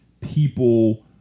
people –